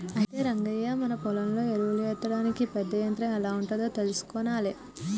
అయితే రంగయ్య మన పొలంలో ఎరువులు ఎత్తడానికి పెద్ద యంత్రం ఎం ఉంటాదో తెలుసుకొనాలే